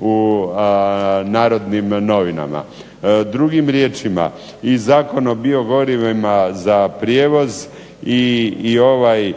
u Narodnim novinama. Drugim riječima, i Zakon o biogorivima za prijevoz i ovaj